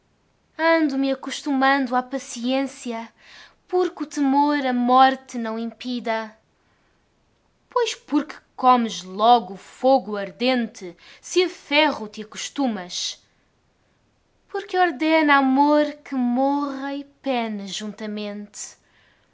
ando me acostumando à paciência porque o temor a morte não impida pois porque comes logo fogo ardente se a ferro te costumas porque ordena amor que morra e pene juntamente